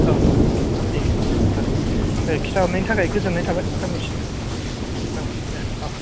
औ औ दे होमबा सार दे खिथा हरनायनि थाखाय गोजोननाय थाबाय सारनिसिम औ दे औ